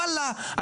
ואללה,